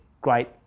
great